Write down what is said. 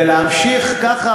ולהמשיך ככה,